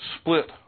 split